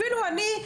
אפילו אני,